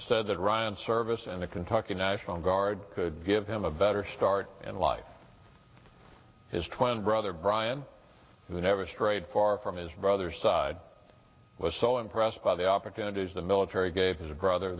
said that ryan's service in the kentucky national guard could give him a better start in life his twin brother brian who never strayed far from his brother's side was so impressed by the opportunities the military gave his brother